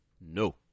No